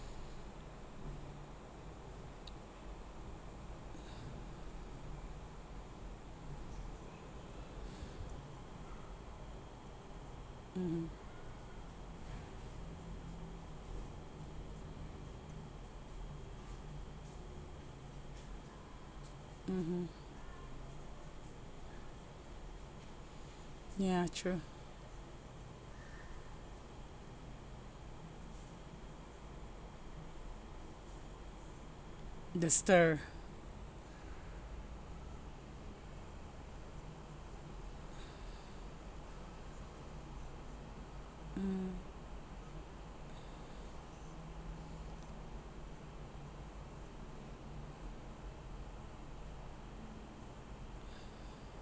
mmhmm mmhmm ya true the stir mm